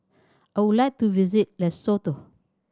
I would like to visit Lesotho